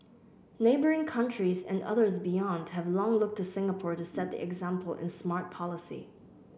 neighbouring countries and others beyond have long looked to Singapore to set the example in smart policy